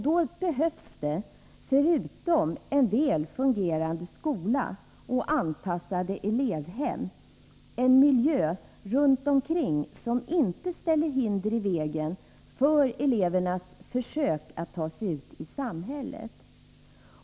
Då behövs det, förutom en väl fungerande skola och anpassade elevhem, en miljö runt omkring som inte lägger hinder i vägen för elevernas försök att ta sig ut i samhället.